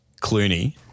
Clooney